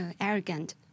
arrogant